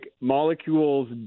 molecules